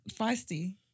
Feisty